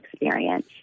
experience